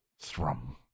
Thrum